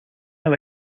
now